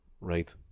right